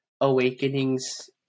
awakenings